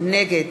נגד